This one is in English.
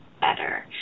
better